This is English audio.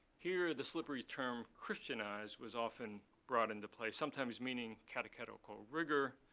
here the slippery term christianize was often brought into play, sometimes meaning catechetical rigor,